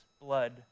blood